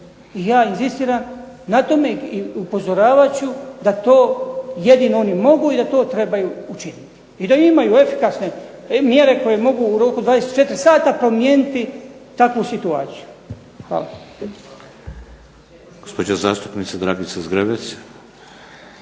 Ja inzistiram na tome i upozoravat ću da to jedino oni mogu i da to trebaju učiniti i da imaju efikasne mjere koje mogu u roku 24 sata promijeniti takvu situaciju. Hvala.